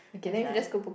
that's why